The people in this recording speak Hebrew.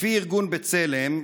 לפי ארגון בצלם,